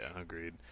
agreed